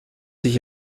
sich